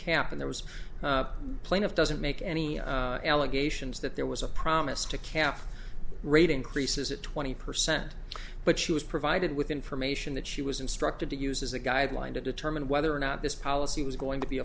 cap and there was plenty of doesn't make any allegations that there was a promise to cap rate increases at twenty percent but she was provided with information that she was instructed to use as a guideline to determine whether or not this policy was going to be